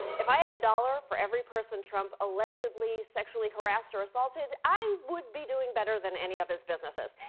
if i had a dollar for every person trump allegedly sexually harassed or assaulted, i would be doing better than any of his businesses.